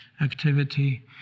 activity